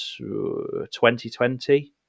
2020